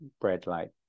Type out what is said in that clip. bread-like